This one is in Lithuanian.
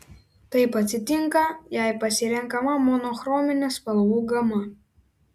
taip atsitinka jei pasirenkama monochrominė spalvų gama